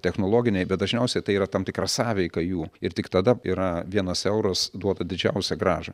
technologiniai bet dažniausiai tai yra tam tikra sąveika jų ir tik tada yra vienas euras duoda didžiausią grąžą